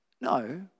No